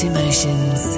Emotions